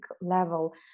level